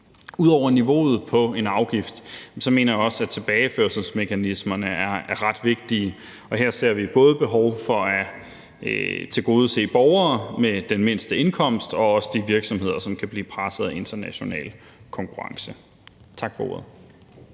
Ud over niveauet på en afgift mener jeg også at tilbageførselsmekanismerne er ret vigtige, og her ser vi både behov for at tilgodese borgere med den mindste indkomst og også de virksomheder, som kan blive presset af den internationale konkurrence. Tak for ordet.